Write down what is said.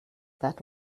that